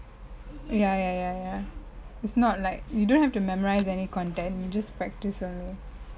ya ya ya ya it's not like you don't have to memorize any content you just practice